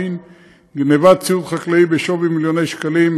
גנבת ציוד חקלאי בשווי מיליוני שקלים,